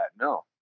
no